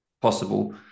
possible